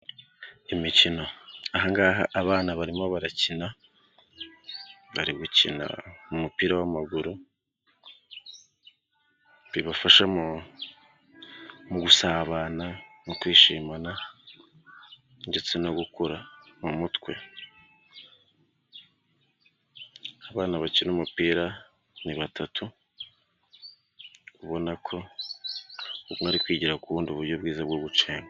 Imikino aha hangaha abana barimo barakina, bari gukina umupira w'amaguru. Bibafasha mu gusabana no kwishimana ndetse no gukura mu mutwe. Abana bakina umupira ni batatu. Ubona ko umwe ari kwigira kuwundi uburyo bwiza bwo gucenga.